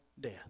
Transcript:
death